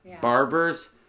barbers